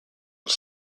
was